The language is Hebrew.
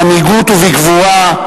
במנהיגות ובגבורה,